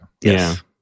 Yes